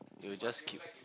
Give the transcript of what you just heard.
you just keep